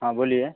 हाँ बोलिए